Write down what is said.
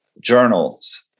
journals